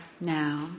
now